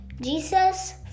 Jesus